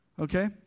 Okay